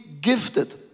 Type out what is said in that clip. gifted